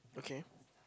okay